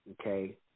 okay